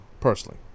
personally